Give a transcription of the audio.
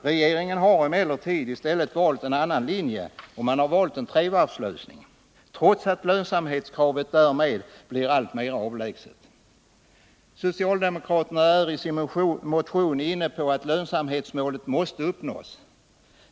Regeringen har emellertid i stället valt en annan linje. Man har valt en trevarvslösning, trots att lönsamhetskravet därmed blir alltmer avlägset. Socialdemokraterna är i sin motion inne på att lönsamhetsmålet måste uppnås.